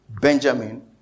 Benjamin